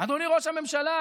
אדוני ראש הממשלה,